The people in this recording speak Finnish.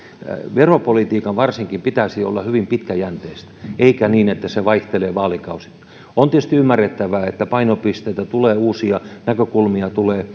veropolitiikan pitäisi olla hyvin pitkäjänteistä eikä sellaista että se vaihtelee vaalikausittain on tietysti ymmärrettävää että painopisteitä tulee uusia näkökulmia tulee